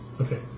Okay